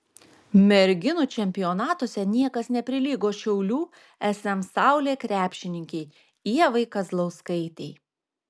merginų čempionatuose niekas neprilygo šiaulių sm saulė krepšininkei ievai kazlauskaitei